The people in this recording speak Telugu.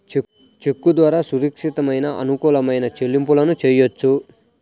చెక్కు ద్వారా సురక్షితమైన, అనుకూలమైన చెల్లింపులను చెయ్యొచ్చు